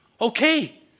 Okay